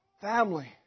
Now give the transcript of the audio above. family